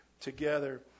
together